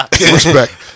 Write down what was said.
Respect